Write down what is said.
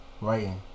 writing